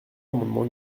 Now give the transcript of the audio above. amendement